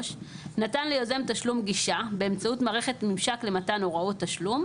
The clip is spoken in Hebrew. נתן ליוזם תשלום גישה באמצעות מערכת ממשק למתן הוראות תשלום,